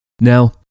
Now